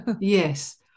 Yes